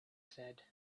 said